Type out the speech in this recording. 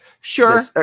Sure